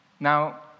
Now